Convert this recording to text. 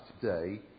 today